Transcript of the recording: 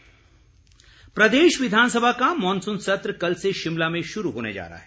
विधानसभा प्रदेश विधानसभा का मॉनसून सत्र कल से शिमला में शुरू होने जा रहा है